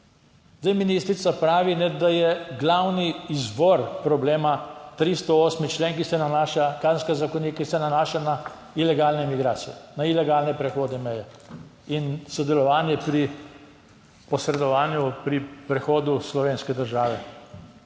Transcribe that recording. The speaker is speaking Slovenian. Zdaj, ministrica pravi, da je glavni izvor problema 308. člen Kazenskega zakonika, ki se nanaša na ilegalne migracije, na ilegalne prehode meje in sodelovanje pri posredovanju pri prehodu slovenske države.